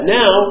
now